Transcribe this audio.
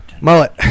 Mullet